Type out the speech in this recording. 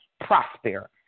prosper